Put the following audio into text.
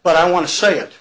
but i want to say it